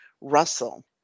Russell